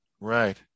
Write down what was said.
Right